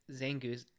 Zangoose